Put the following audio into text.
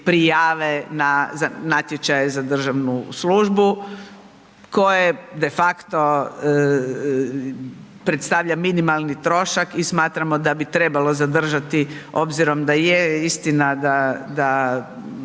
na natječaje za državnu službu koje de facto predstavlja minimalni trošak i smatramo da bi trebalo zadržati obzirom da je istina da